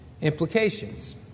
implications